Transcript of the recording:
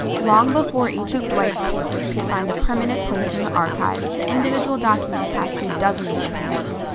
long before each of dwight's pieces could find a permanent place in the archives, the individual documents passed through dozens of hands.